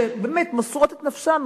שבאמת מוסרות את נפשן,